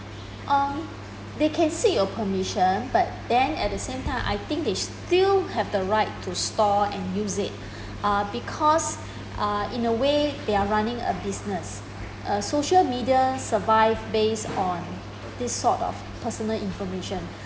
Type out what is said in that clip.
um they can seek your permission but then at the same time I think they still have the right to store and use it uh because uh in a way they are running a business uh social media survive base on this sort of personal information